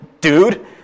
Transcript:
dude